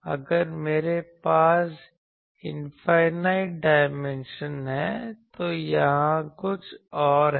अगर मेरे पास इनफाइनाइट डायमेंशन हैं तो यहां कुछ और है